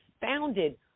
founded